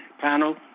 Panel